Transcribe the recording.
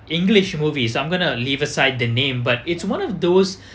english movie so I'm going to leave aside the name but it's one of those